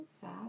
sad